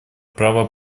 права